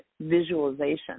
visualization